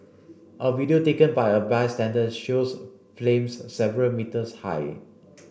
a video taken by a bystander shows flames several metres high